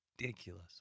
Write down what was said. ridiculous